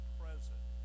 present